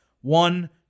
one